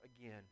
again